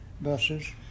buses